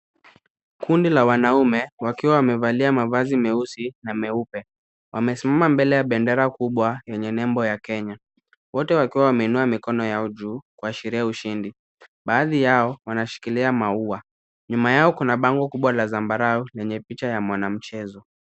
Kundi la wanaume wakiwa wamevalia mavazi meusi na meupe wamesimama mbele ya bendera kubwa yenye nembo ya Kenya. Wote wakiwa wameinua mikono yao juu kuashiria ushindi. Baadhi yao wanashikilia maua. Nyuma yao kuna bango kubwa la zambarau lenye picha ya mwanamchezo.